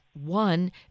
one